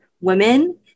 women